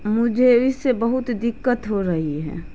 مجھے اس سے بہت دقت ہو رہی ہے